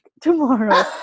tomorrow